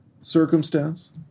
circumstance